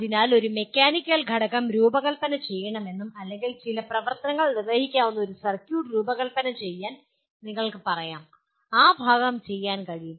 അതിനാൽ ഒരു മെക്കാനിക്കൽ ഘടകം രൂപകൽപ്പന ചെയ്യണമെന്നും അല്ലെങ്കിൽ ചില പ്രവർത്തനങ്ങൾ നിർവ്വഹിക്കാവുന്ന ഒരു സർക്യൂട്ട് രൂപകൽപ്പന ചെയ്യാൻ നിങ്ങൾക്ക് പറയാം ആ ഭാഗം ചെയ്യാൻ കഴിയും